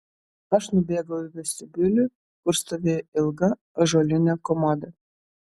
aš nubėgau į vestibiulį kur stovėjo ilga ąžuolinė komoda